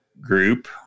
group